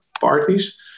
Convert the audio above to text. parties